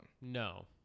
No